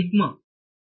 ವಿದ್ಯಾರ್ಥಿ ಸಿಗ್ಮಾ